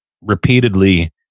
repeatedly